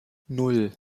nan